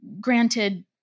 Granted